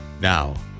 Now